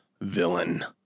villain